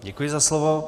Děkuji za slovo.